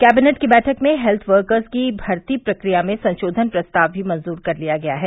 cabinet की बैठक में हेल्थ वर्कर्स की भर्ती प्रक्रिया में संशोधन प्रस्ताव भी मंजूर कर लिया गया है